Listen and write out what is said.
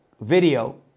video